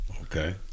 Okay